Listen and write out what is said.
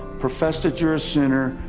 profess you're a sinner,